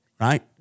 right